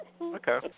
Okay